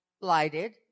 lighted